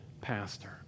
Pastor